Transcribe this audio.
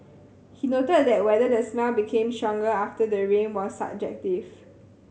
he noted that whether the smell became stronger after the rain was subjective